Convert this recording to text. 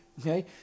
Okay